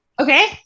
Okay